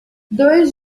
dois